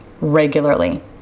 regularly